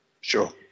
sure